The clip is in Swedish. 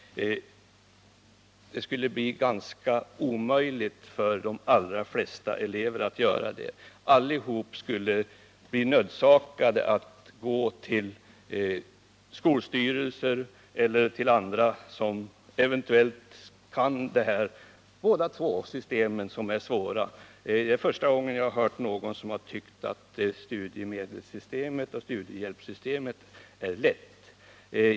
Det skulle bli ganska omöjligt för de allra flesta elever att avgöra detta. Alla skulle bli nödsakade att gå till skolstyrelser eller andra som eventuellt kan båda systemen, som är svåra. Det är här första gången som jag har hört att någon tyckt att studiemedelssystemet och studiehjälpssystemet är lätta.